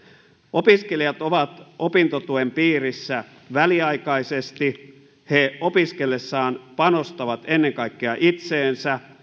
opiskelijat ovat opintotuen piirissä väliaikaisesti ja he opiskellessaan panostavat ennen kaikkea itseensä